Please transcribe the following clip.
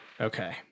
okay